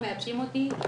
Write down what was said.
מייבשים אותי,